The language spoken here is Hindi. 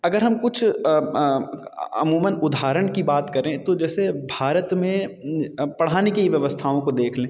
अगर हम कुछ अमूमन उदाहरण की बात करें तो जैसे भारत में पढ़ाने की व्यवस्थाओं को देख लें